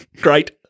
Great